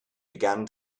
began